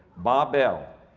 bob bell,